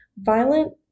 violent